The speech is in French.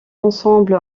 ensemble